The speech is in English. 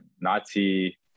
Nazi